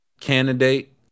candidate